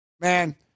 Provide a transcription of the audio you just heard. man